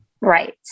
Right